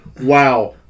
Wow